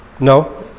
no